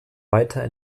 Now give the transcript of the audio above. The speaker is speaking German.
weiter